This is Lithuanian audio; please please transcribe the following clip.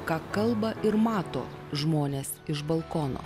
ką kalba ir mato žmonės iš balkono